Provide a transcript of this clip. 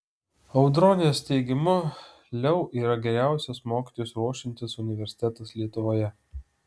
audronės teigimu leu yra geriausias mokytojus ruošiantis universitetas lietuvoje